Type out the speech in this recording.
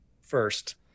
first